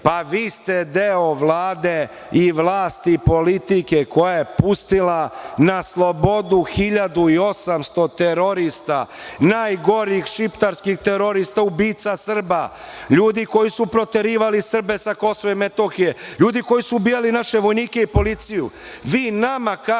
Pa vi ste deo Vlade i vlasti i politike koja je pustila na slobodu 1800 terorista, najgorih šiptarskih terorista ubica Srba, ljudi koji su proterivali Srbe sa KiM, ljudi koji su ubijali naše vojnike i policiju.